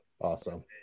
Awesome